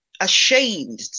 ashamed